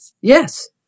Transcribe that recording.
Yes